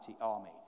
army